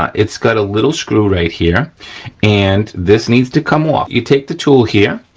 it's got a little screw right here and this needs to come off. you take the tool here,